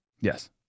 Yes